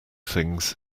things